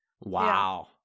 wow